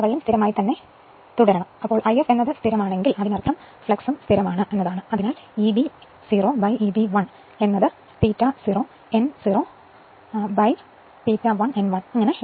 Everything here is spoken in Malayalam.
സ്ഥിരമാണെങ്കിൽ ഫ്ലക്സ് സ്ഥിരമായതാണെങ്കിൽ Eb 0 Eb 1 ന് ∅0 n 0 ∅1 n ന് മുകളിൽ 1 എഴുതാം